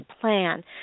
plan